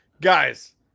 guys